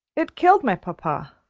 it killed my papa.